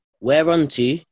Whereunto